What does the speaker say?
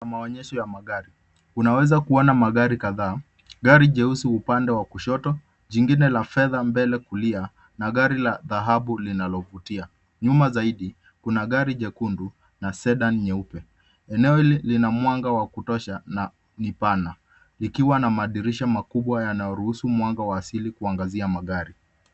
Maonyesho ya magari. Unaweza kuona magari kadhaa. Gari jeusi upande wa kushoto, jingine la fedha mbele kulia na gari la dhahabu linalovutia .Nyuma zaidi kuna gari jekundu na Sedan nyeupe .Eneo lina mwanga wa kutosha na ni pana .Likiwa na madirisha makubwa yanayoruhusu mwanga wa asili kuangazia magari.